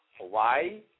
Hawaii